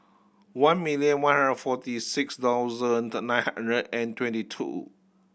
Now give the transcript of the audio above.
one million one hundred and forty six thousand nine hundred and twenty two